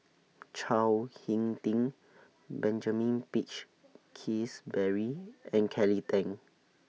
Chao Hick Tin Benjamin Peach Keasberry and Kelly Tang